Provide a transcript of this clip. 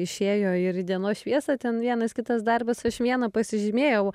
išėjo ir į dienos šviesą ten vienas kitas darbas aš vieną pasižymėjau